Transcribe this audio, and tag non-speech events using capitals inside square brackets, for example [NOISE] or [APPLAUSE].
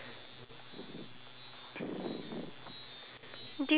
[BREATH] do you think it would be easy for you to try